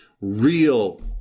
real